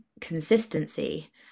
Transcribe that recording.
consistency